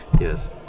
Yes